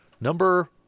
number